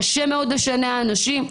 קשה מאוד לשנע אנשים,